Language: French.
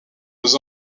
aux